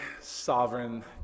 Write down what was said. sovereign